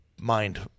mind